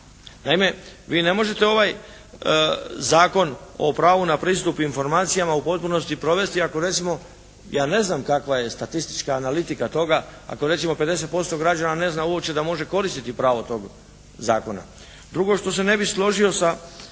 Naime vi ne možete ovaj Zakon o pravu na pristup informacijama u potpunosti provesti ako recimo, ja ne znam kakva je statistička analitika toga ako recimo 50% građana ne zna uopće da može koristiti pravo tog zakona. Drugo što se ne složio sa